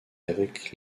avec